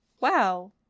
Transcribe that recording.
wow